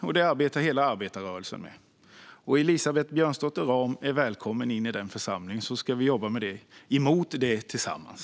Och hela arbetarrörelsen arbetar med det. Elisabeth Björnsdotter Rahm är välkommen in i den församlingen. Då kan vi jobba med det tillsammans.